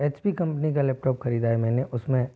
H P company का laptop ख़रीदा है मैंने उसमें